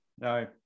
No